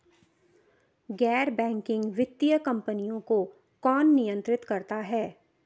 गैर बैंकिंग वित्तीय कंपनियों को कौन नियंत्रित करता है?